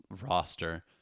roster